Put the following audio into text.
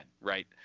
right